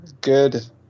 good